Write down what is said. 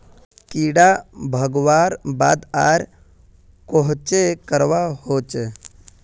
कीड़ा भगवार बाद आर कोहचे करवा होचए?